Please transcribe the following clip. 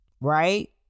Right